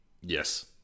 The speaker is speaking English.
Yes